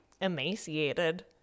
emaciated